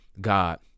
God